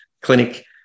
clinic